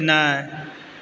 सिखनाए